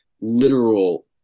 literal